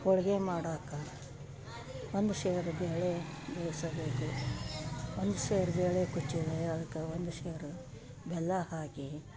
ಹೋಳ್ಗೆ ಮಾಡೊಕೆ ಒಂದು ಸೇರು ಬೇಳೆ ಬೇಯಿಸಬೇಕು ಒಂದು ಸೇರು ಬೇಳೆ ಒಂದು ಸೇರು ಬೆಲ್ಲ ಹಾಕಿ